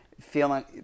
feeling